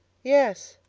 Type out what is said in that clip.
yes,